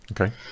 Okay